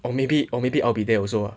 or maybe or maybe I'll be there also ah